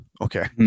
okay